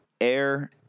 air